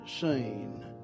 seen